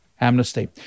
amnesty